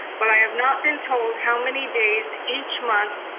but i have not been told how many days each month,